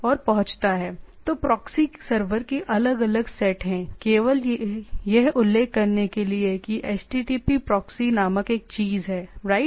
तो proxy server के अलग अलग सेट हैं केवल यह उल्लेख करने के लिए कि HTTP प्रॉक्सी नामक एक चीज है राइट